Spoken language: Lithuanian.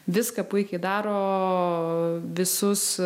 viską puikiai daro visus